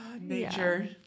nature